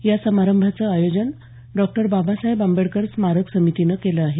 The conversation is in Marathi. या समारंभाचं आयोजन डॉक्टर बाबासाहेब आंबेडकर स्मारक समितीनं केलं आहे